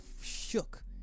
shook